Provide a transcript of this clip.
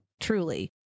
truly